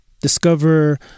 discover